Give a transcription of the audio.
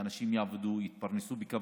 שאנשים יעבדו, יתפרנסו בכבוד,